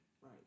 Right